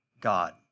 God